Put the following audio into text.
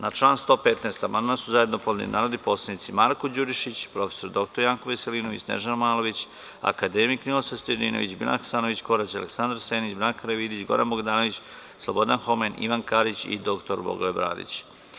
Na član 115. amandman su zajedno podneli narodni poslanici Marko Đurišić, prof. dr Janko Veselinović, Snežana Malović, akademik Ninoslav Stojadinović, Biljana Hasanović Korać, Aleksandar Senić, Branka Karavidić, Goran Bogdanović, Slobodan Homen, Ivan Karić i dr Blagoje Bradić.